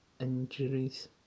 injuries